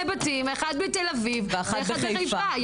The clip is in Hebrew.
רבותיי, היו שני בתים, אחד בתל אביב ואחד בחיפה.